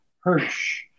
Hirsch